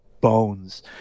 bones